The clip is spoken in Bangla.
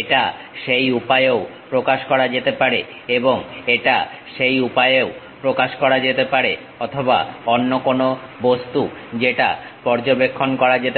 এটা সেই উপায়েও প্রকাশ করা যেতে পারে এবং এটা সেই উপায়েও প্রকাশ করা যেতে পারে অথবা অন্য কোনো বস্তু যেটা পর্যবেক্ষণ করা যেতে পারে